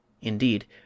Indeed